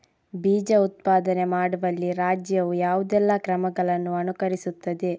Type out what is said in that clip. ಬೀಜ ಉತ್ಪಾದನೆ ಮಾಡುವಲ್ಲಿ ರಾಜ್ಯವು ಯಾವುದೆಲ್ಲ ಕ್ರಮಗಳನ್ನು ಅನುಕರಿಸುತ್ತದೆ?